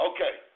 Okay